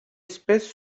espèce